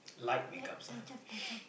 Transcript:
light make ups ah